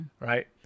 right